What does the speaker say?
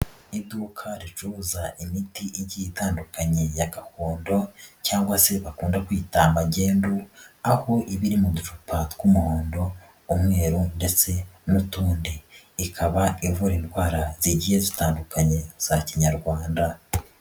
Iduka ricuruza imiti igiye itandukanye ya gakondo cg se bakunda kwita magendu, aho ibiri mu dufupa tw'umuhondo, umweru ndetse n'utundi . Ikaba ivura indwara zigiye zitandukanye za kinyarwanda.